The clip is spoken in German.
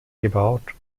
gebaut